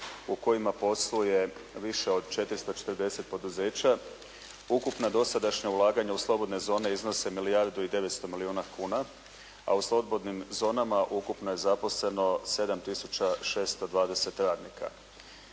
u kojima posluje više od 440 poduzeća. Ukupna dosadašnja ulaganja u slobodne zone iznose milijardu i 900 milijuna kuna. A u slobodnim zonama ukupno je zaposleno 7620 radnika.